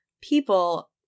people